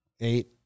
Eight